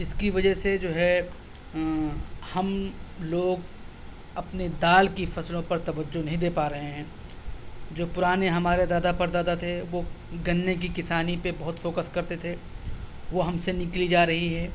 اس کی وجہ سے جو ہے ہم لوگ اپنے دال کی فصلوں پر توجہ نہیں دے پا رہے ہیں جو پرانے ہمارے دادا پر دادا تھے وہ گنّے کی کسانی پہ بہت فوکس کرتے تھے وہ ہم سے نکلی جا رہی ہے